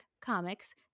comics